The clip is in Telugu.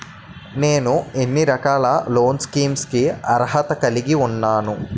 నేను ఎన్ని రకాల లోన్ స్కీమ్స్ కి అర్హత కలిగి ఉన్నాను?